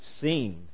seen